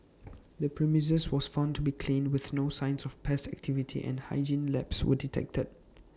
the premises was found to be clean with no signs of pest activity and hygiene lapse were detected